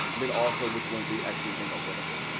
and then also which ones they actually think are winnable.